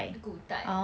古代